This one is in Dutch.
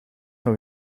nog